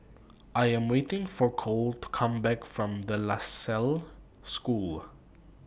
I Am waiting For Cole to Come Back from De La Salle School